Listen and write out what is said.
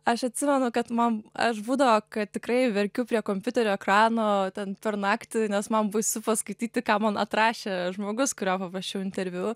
aš atsimenu kad man aš būdavo kad tikrai verkiu prie kompiuterio ekrano ten per naktį nes man baisu paskaityti ką man atrašė žmogus kurio paprašiau interviu